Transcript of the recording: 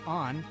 on